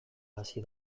hasi